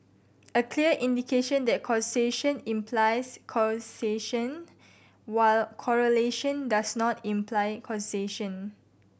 a clear indication that causation implies causation while correlation does not imply causation